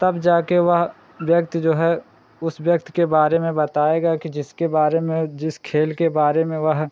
तब जाकर वह व्यक्ति जो है उस व्यक्ति के बारे में बताएगा कि जिसके बारे में जिस खेल के बारे में वह